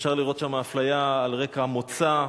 שאפשר לראות שם אפליה על רקע מוצא.